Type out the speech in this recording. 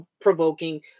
provoking